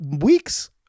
weeks